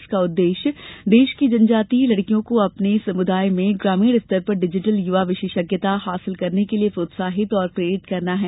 इसका उद्देश्य देश की जनजातीय लड़कियों को अपने समुदाय में ग्रामीण स्तर पर डिजिटल युवा विशेषज्ञता हासिल करने के लिए प्रोत्साहित और प्रेरित करना है